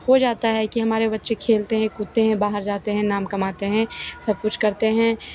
हो जाता है कि हमारे बच्चे खेलते हैं कूदते हैं बाहर जाते हैं नाम कमाते हैं सब कुछ करते हैं